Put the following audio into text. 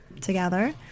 together